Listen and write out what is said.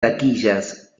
taquillas